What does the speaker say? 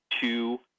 two